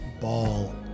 ball